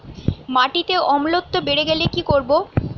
মাটিতে অম্লত্ব বেড়েগেলে কি করব?